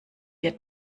wir